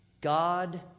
God